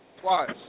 twice